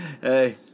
Hey